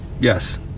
Yes